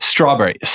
strawberries